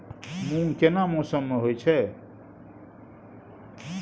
मूंग केना मौसम में होय छै?